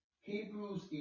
Hebrews